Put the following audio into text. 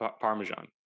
Parmesan